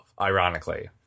ironically